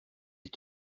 est